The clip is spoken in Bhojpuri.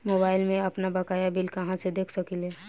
मोबाइल में आपनबकाया बिल कहाँसे देख सकिले?